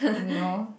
no